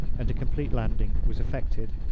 and a complete landing was effected.